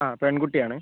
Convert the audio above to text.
ആ പെൺകുട്ടിയാണ്